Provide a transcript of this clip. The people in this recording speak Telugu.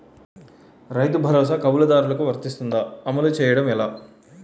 రైతు భరోసా కవులుదారులకు వర్తిస్తుందా? అమలు చేయడం ఎలా